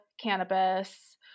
cannabis